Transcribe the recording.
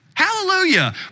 hallelujah